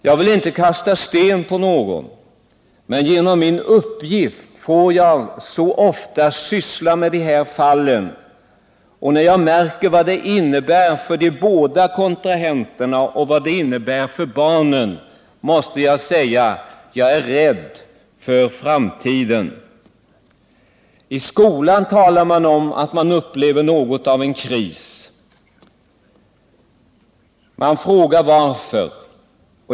Jag vill inte kasta sten på någon, men genom min uppgift får jag så ofta syssla med dessa fall. När jag märker vad det innebär för båda kontrahenterna och för barnen, måste jag säga att jag är rädd för framtiden. I skolan talas det om att man upplever något av en kris. Jag frågar: Varför?